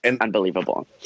unbelievable